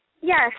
Yes